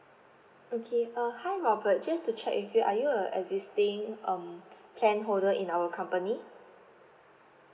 okay uh hi robert just to check with you are you a existing um plan holder in our company